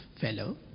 fellow